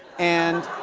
and